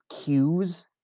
cues